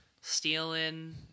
Stealing